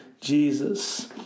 Jesus